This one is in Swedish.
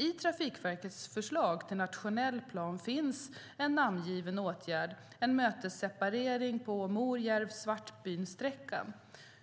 I Trafikverkets förslag till nationell plan finns en namngiven åtgärd, en mötesseparering på sträckan Morjärv-Svartbyn.